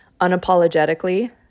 unapologetically